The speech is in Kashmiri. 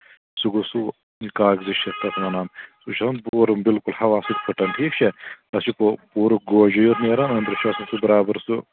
سُہ گوٚو سُہ یہِ کاغذی چھِ تَتھ وَنان سُہ چھُ آسان پوٗرٕ بِلکُل ہوا سۭتۍ پھٕٹان ٹھیٖک چھا تَتھ چھِ پہٕ پوٗرٕ گوجی یوت نیران أندرٕ چھُ آسان سُہ برابر سُہ